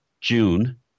june